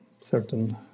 certain